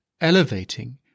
elevating